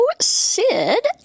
Sid